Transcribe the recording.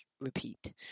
repeat